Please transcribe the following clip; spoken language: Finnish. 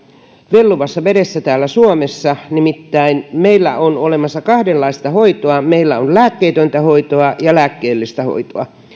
vellovassa vedessä täällä suomessa nimittäin meillä on olemassa kahdenlaista hoitoa meillä on lääkkeetöntä hoitoa ja lääkkeellistä hoitoa